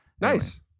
Nice